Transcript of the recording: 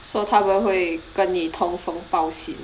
so 他们会跟你通风报信